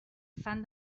fan